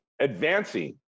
advancing